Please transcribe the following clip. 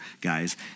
guys